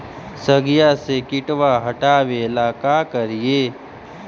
सगिया से किटवा हाटाबेला का कारिये?